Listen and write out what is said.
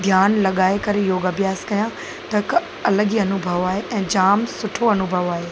ध्यानु लॻाए करे योग अभ्यास कयां त हिक अलॻि ई अनुभव आहे ऐं जाम सुठो अनुभव आहे